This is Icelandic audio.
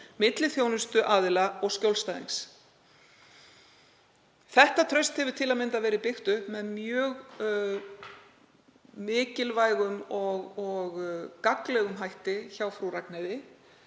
milli þjónustuaðila og skjólstæðings. Þetta traust hefur til að mynda verið byggt upp með mjög mikilvægum og gagnlegum hætti hjá Frú Ragnheiði.